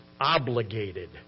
obligated